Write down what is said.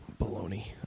baloney